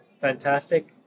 fantastic